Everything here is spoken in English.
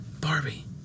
Barbie